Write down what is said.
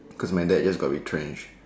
cause my dad just got retrenched